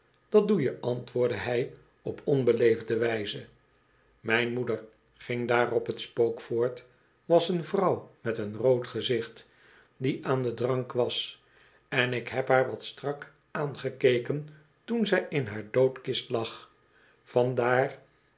dat doe je antwoordde hij op onbeleefde wijze mijn moeder ging daarop het spook voort was een vrouw met een rood gezicht die aan ien drank was en ik heb haar wat strak aangekeken toen zij in haar doodkist lag